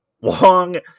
Wong